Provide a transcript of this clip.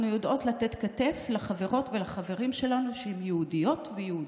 אנחנו יודעות לתת כתף לחברות ולחברים שלנו שהם יהודיות ויהודים.